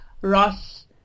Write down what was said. Ross